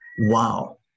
Wow